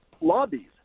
lobbies